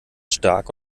stark